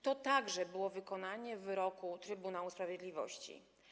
To także było wykonanie wyroku Trybunału Sprawiedliwości.